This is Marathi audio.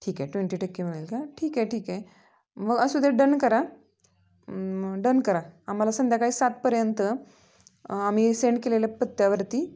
ठीक आहे ट्वेंटी टक्के मिळेल का ठीक आहे ठीक आहे मग असू दे डन करा डन करा आम्हाला संध्याकाळी सातपर्यंत आम्ही सेंड केलेल्या पत्त्यावरती